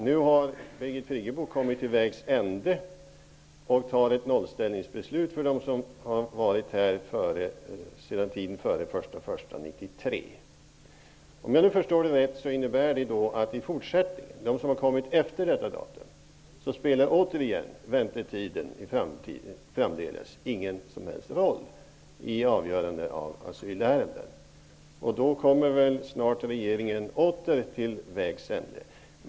Nu har Birgit Friggebo kommit till vägs ände och tar ett nollställningsbeslut för dem som varit här sedan tiden före den 1 januari 1993. Om jag förstår det rätt innebär det att väntetiden framdeles inte spelar någon som helst roll i avgöranden av asylärenden för dem som har kommit efter detta datum. Då kommer väl regeringen åter till vägs ände.